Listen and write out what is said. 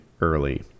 early